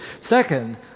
Second